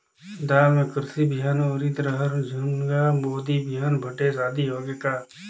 दाल मे कुरथी बिहान, उरीद, रहर, झुनगा, बोदी बिहान भटेस आदि होगे का?